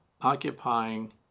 occupying